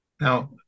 Now